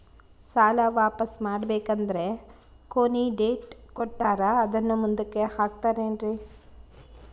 ಸಾಲ ವಾಪಾಸ್ಸು ಮಾಡಬೇಕಂದರೆ ಕೊನಿ ಡೇಟ್ ಕೊಟ್ಟಾರ ಅದನ್ನು ಮುಂದುಕ್ಕ ಹಾಕುತ್ತಾರೇನ್ರಿ?